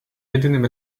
jedynym